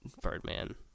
Birdman